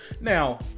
Now